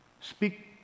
speak